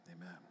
Amen